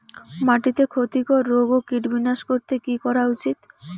মাটিতে ক্ষতি কর রোগ ও কীট বিনাশ করতে কি করা উচিৎ?